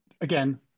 again